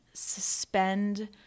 suspend